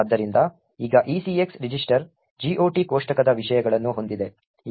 ಆದ್ದರಿಂದ ಈಗ ECX register GOT ಕೋಷ್ಟಕದ ವಿಷಯಗಳನ್ನು ಹೊಂದಿದೆ